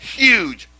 huge